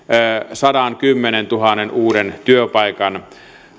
sadankymmenentuhannen uuden työpaikan